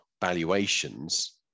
valuations